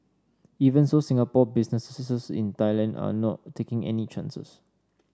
even so Singapore businesses in Thailand are not taking any chances